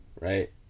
right